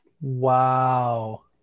Wow